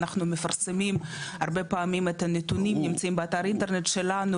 אנחנו מפרסמים הרבה פעמים את הנתונים הם נמצאים באתר האינטרנט שלנו,